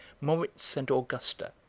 moritz and augusta,